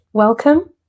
Welcome